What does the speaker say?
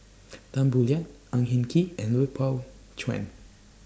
Tan Boo Liat Ang Hin Kee and Lui Pao Chuen